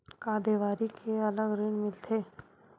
का देवारी के अलग ऋण मिलथे?